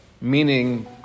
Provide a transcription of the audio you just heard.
meaning